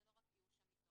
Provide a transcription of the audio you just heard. זה לא רק איוש המיטות.